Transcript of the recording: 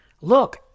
Look